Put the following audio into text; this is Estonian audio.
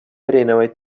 erinevaid